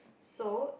so